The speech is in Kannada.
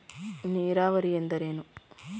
ನೀರಾವರಿ ಎಂದರೇನು?